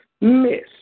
Miss